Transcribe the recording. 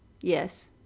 Yes